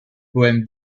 poèmes